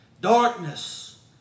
Darkness